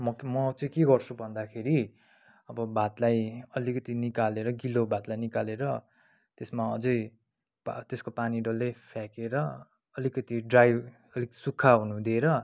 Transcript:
म म चाहिँ के गर्छु भन्दाखेरि अब भातलाई अलिकति निकालेर गिलो भातलाई निकालेर त्यसमा अझै त्यसको पानी डल्लै फ्याँकेर अलिकति ड्राइ सुक्खा हुनु दिएर